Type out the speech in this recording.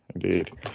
Indeed